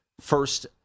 first